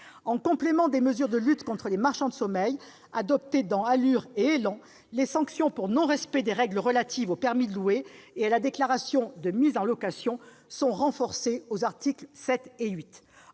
En complément des mesures de lutte contre les marchands de sommeil adoptées dans les lois ALUR et ÉLAN, les sanctions pour non-respect des règles relatives au permis de louer et à la déclaration de mise en location sont renforcées aux articles 7 et 8.